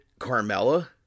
Carmella